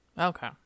Okay